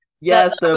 Yes